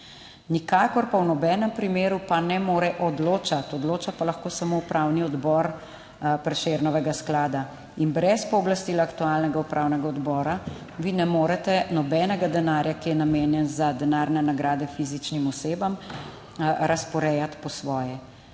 nikakor pa v nobenem primeru pa ne more odločati. Odloča pa lahko samo Upravni odbor Prešernovega sklada in brez pooblastila aktualnega upravnega odbora, vi ne morete nobenega denarja, ki je namenjen za denarne nagrade fizičnim osebam, razporejati po svoje,